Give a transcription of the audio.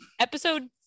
Episode